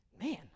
Man